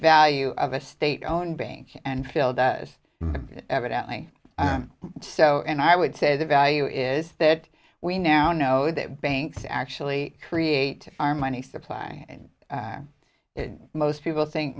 value of a state owned bank and field is evidently so and i would say the value is that we now know that banks actually create our money supply and most people think